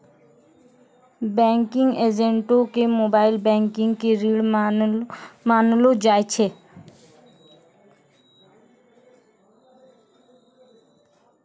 banking एजेंटो के mobile banking के रीढ़ मानलो जाय छै